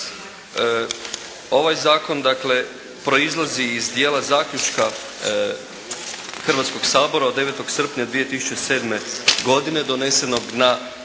ovaj zakon dakle proizlazi iz dijela zaključka Hrvatskog sabora od 9. srpnja 2007. godine, donesenog na